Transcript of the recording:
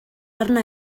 arna